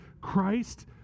Christ